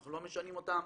אנחנו לא משנים אותם,